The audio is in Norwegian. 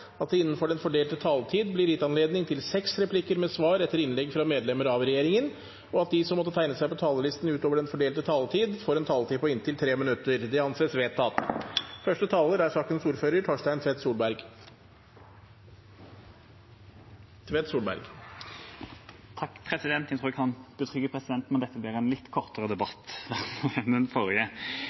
at det – innenfor den fordelte taletid – blir gitt anledning til seks replikker med svar etter innlegg fra medlemmer av regjeringen, og at de som måtte tegne seg på talerlisten utover den fordelte taletid, får en taletid på inntil 3 minutter. – Det anses vedtatt. Jeg tror jeg kan betrygge presidenten med at dette blir en litt kortere debatt enn den forrige.